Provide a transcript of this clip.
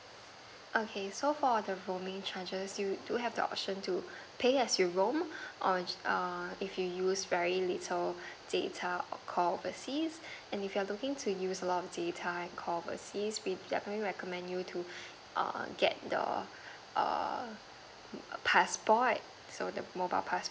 okay so for the roaming charges you do have the option to pay as you roam or err if you used very little data call overseas and if you're looking to use a lot of data and call overseas we definitely recommend you to err get the err passport so there's mobile passport